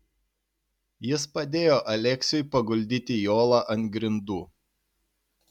jis padėjo aleksiui paguldyti jolą ant grindų